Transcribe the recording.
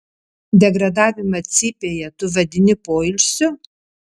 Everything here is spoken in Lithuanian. degradavimą cypėje tu vadini poilsiu